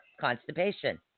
constipation